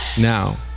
now